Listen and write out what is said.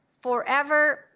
forever